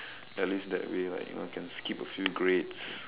at least that way like you know can skip a few grades